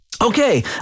Okay